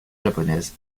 japonaise